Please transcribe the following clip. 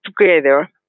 together